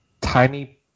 tiny